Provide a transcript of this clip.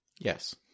Yes